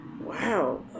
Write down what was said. Wow